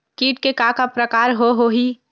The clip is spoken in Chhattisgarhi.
कीट के का का प्रकार हो होही?